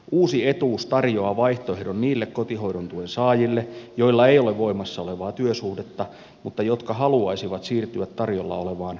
uusi etuus tarjoaa vaihtoehdon niille kotihoidon tuen saajille joilla ei ole voimassa olevaa työsuhdetta mutta jotka haluaisivat siirtyä tarjolla olevaan osa aikatyöhön